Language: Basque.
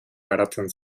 garatzen